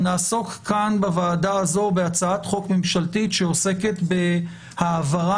נעסוק כאן בוועדה הזו בהצעת חוק ממשלתית שעוסקת בהעברה